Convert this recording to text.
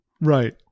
Right